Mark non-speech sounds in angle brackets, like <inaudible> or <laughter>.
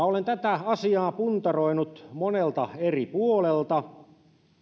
<unintelligible> olen tätä asiaa puntaroinut monelta eri puolelta